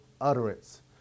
utterance